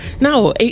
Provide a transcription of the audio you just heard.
No